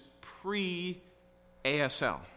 pre-ASL